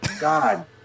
God